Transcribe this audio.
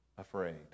afraid